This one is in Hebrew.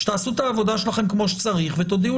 שתעשו את העבודה שלכם כמו שצריך ותודיעו